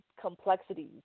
complexities